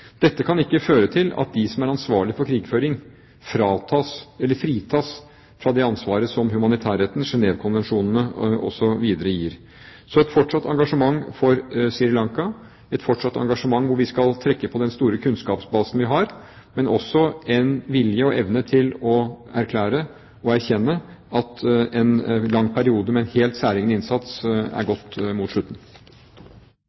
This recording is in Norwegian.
Dette kan ikke føre til at de som er ansvarlige for krigføring, fritas for det ansvaret som humanitærretten, Genèvekonvensjonene osv. gir. Vi vil ha et fortsatt engasjement for Sri Lanka, et fortsatt engasjement hvor vi skal trekke på den store kunnskapsbasen vi har, men også en vilje og evne til å erklære og erkjenne at en lang periode med en helt særegen innsats er